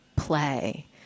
play